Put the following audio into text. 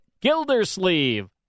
Gildersleeve